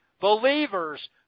believers